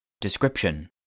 Description